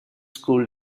school